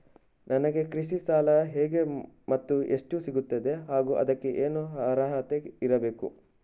ನನಗೆ ಕೃಷಿ ಸಾಲ ಹೇಗೆ ಮತ್ತು ಎಷ್ಟು ಸಿಗುತ್ತದೆ ಹಾಗೂ ಅದಕ್ಕೆ ಏನು ಅರ್ಹತೆ ಇರಬೇಕು?